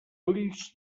ulls